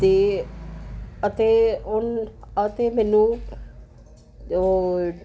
ਅਤੇ ਅਤੇ ਉਨ ਅਤੇ ਮੈਨੂੰ ਉਹ